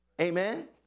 Amen